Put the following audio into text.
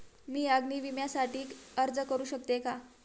मी अग्नी विम्यासाठी अर्ज करू शकते का?